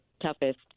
toughest